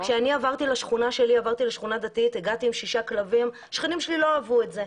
אני עברתי לשכונה דתית עם שישה כלבים והשכנים שלי לא אהבו את זה.